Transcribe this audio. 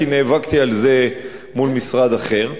כי נאבקתי על זה מול משרד אחר,